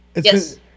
Yes